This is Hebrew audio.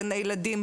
גני ילדים,